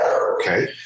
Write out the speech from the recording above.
Okay